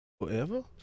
Forever